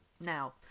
now